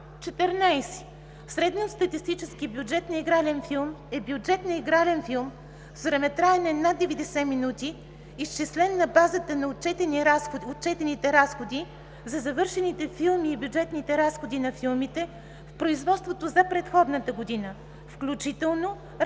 „14. „Средностатистически бюджет на игрален филм” е бюджет на игрален филм с времетраене над 90 минути, изчислен на базата на отчетените разходи за завършените филми и бюджетните разходи на филмите в производство за предходната година, включително разходите